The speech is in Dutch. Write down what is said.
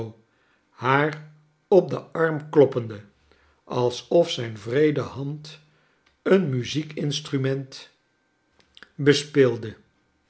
haar op den arm kloppende alsof zijn wreede hand een muziekinstrukleine dorrit ment bespeelde